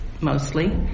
mostly